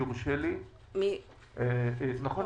נכון